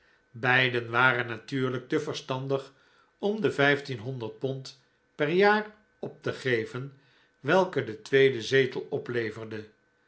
beiden waren natuurlijk te verstandig om de vijftien honderd pond per jaar op te geven welke de tweede zetel opleverde